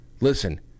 listen